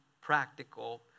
practical